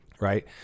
right